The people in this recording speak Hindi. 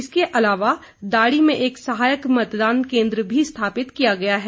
इसके अलावा दाड़ी में एक सहायक मतदान केन्द्र भी स्थापित किया गया है